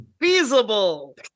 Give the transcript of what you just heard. feasible